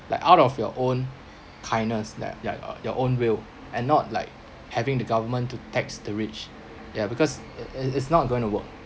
like out of your own kindness like ya ugh your own will and not like having the government to tax the rich ya because it it it's not going to work